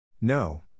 No